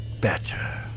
better